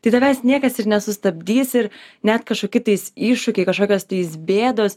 tai tavęs niekas ir nesustabdys ir net kažkoki tais iššūkiai kažkokios tais bėdos